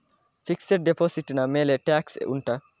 fixed deposit ನ ಮೇಲೆ tax ಉಂಟಾ